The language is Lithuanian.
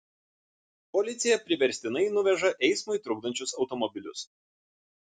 policija priverstinai nuveža eismui trukdančius automobilius